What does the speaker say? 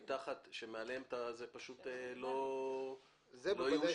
שמעליו זה פשוט לא יאושר.